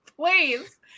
Please